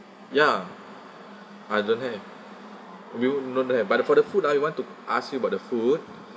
ya I don't have we'll none have but the for the food ah we want to ask you about the food